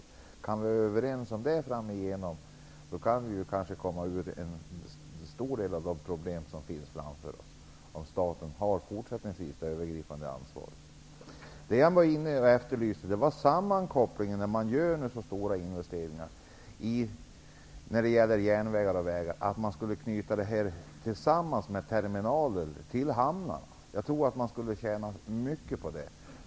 Om vi kan vara överens om det framöver, då kanske vi kan ta oss ur en stor del av de problem som ligger framför oss. Jag efterlyste en sammankoppling, dvs. att när det nu görs så stora investeringar i järnvägar och vägar skulle man knyta samman detta med terminaler till hamnar. Jag tror att man skulle tjäna mycket på det.